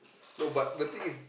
no but the thing is